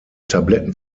tabletten